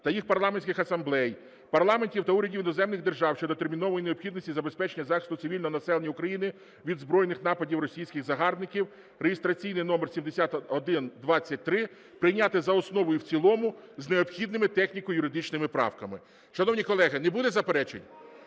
та їх парламентських асамблей, парламентів та урядів іноземних держав щодо термінової необхідності забезпечення захисту цивільного населення України від збройних нападів російських загарбників (реєстраційний номер 7123). Прийняти за основу і в цілому з необхідними техніко-юридичними правками. Шановні колеги, не буде заперечень?